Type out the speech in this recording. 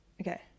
okay